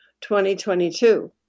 2022